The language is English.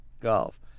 golf